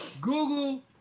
Google